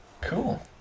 Cool